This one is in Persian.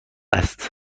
است